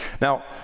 Now